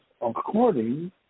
according